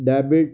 debit